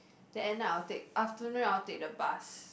then end I'll take afternoon I will take the bus